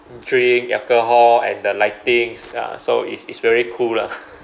drink alcohol and the lightings ah so it's it's very cool lah